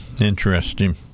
interesting